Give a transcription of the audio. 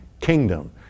kingdom